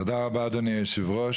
תודה רבה אדוני יושב הראש.